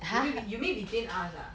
you mean you mean between us ah